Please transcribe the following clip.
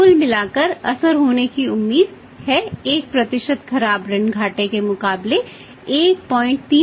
कुल मिलाकर असर होने की उम्मीद है 1 खराब ऋण घाटे के मुकाबले 13